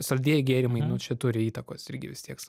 saldieji gėrimai nu čia turi įtakos irgi vis tiek sav